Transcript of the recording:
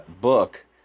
book